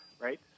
right